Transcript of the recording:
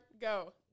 go